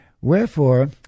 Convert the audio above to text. Wherefore